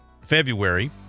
February